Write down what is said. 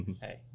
hey